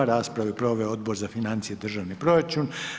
Raspravu je proveo Odbor za financije i državni proračun.